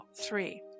three